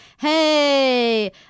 hey